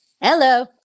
Hello